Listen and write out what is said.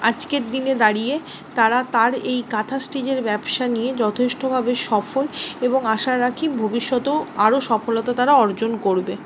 আজকের দিনে দাঁড়িয়ে তারা তার এই কাঁথা স্টিচের ব্যবসা নিয়ে যথেষ্টভাবে সফল এবং আশা রাখি ভবিষ্যতেও আরও সফলতা তারা অর্জন করবে